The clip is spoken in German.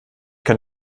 kann